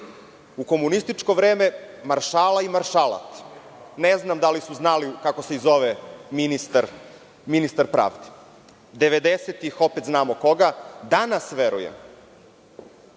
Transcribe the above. U komunističko vreme – Maršala i maršalat. Ne znam da li su i znali kako se zove ministar pravde? Devedesetih – znamo koga. Danas, verujem,